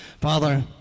father